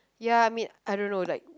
ya I mean I don't know like